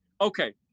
okay